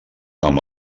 amb